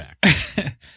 back